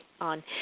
on